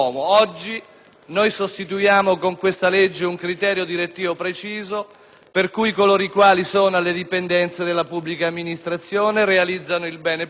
con questa legge noi prevediamo un criterio direttivo preciso, per cui coloro i quali sono alle dipendenze della pubblica amministrazione realizzano il bene pubblico